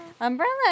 Umbrella